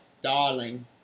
darling